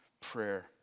prayer